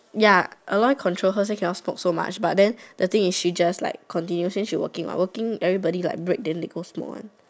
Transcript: ya Aloy control her say she cannot smoke so much but then the thing is she just like continue since she working mah since people break go smoke one